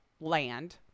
land